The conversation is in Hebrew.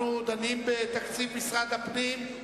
אנחנו דנים בתקציב משרד הפנים,